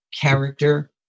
character